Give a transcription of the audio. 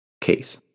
case